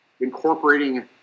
incorporating